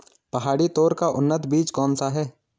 पहाड़ी तोर का उन्नत बीज कौन सा है?